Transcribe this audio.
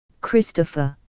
Christopher